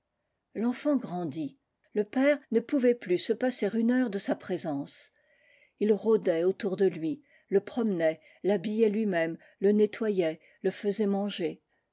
l'enfant grandit le père ne pouvait plus se passer une heure de sa présence il rôdait autour de lui le promenait l'habillait luimême le nettoyait le faisait manger